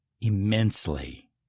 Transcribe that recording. immensely